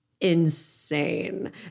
insane